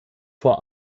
vor